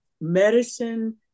medicine